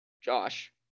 Josh